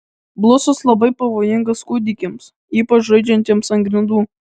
blusos labai pavojingos kūdikiams ypač žaidžiantiems ant grindų